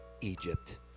Egypt